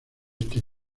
este